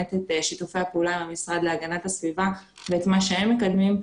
שיתופי הפעולה עם המשרד להגנת הסביבה ואת מה שהם מקדמים.